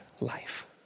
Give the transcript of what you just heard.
life